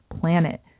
planet